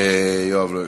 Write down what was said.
יואב, לא.